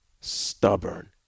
stubborn